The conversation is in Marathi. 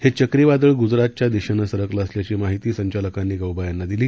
हे चक्रीवादळ ग्जरातच्या दिशेने सरकले असल्याची माहिती संचालकांनी गौबा यांना दिली